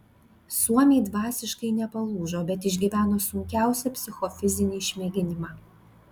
suomiai dvasiškai nepalūžo bet išgyveno sunkiausią psichofizinį išmėginimą